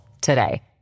today